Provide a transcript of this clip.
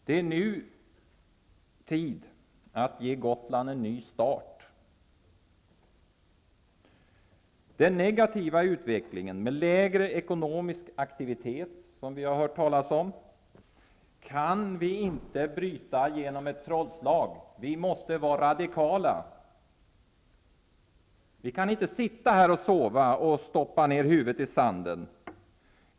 Det är nu tid att ge Gotland en ny start. Den negativa utvecklingen med lägre ekonomisk aktivitet -- som vi har hört talas om -- kan inte brytas genom ett trollslag. Vi måste vara radikala. Vi kan inte sitta här och sova och stoppa ner huvudet i sanden.